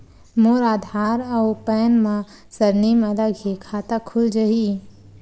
मोर आधार आऊ पैन मा सरनेम अलग हे खाता खुल जहीं?